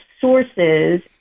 sources